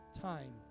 time